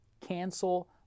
cancel